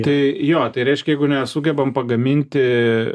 tai jo tai reiškia jeigu nesugebam pagaminti